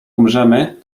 umrzemy